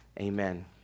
amen